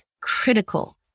critical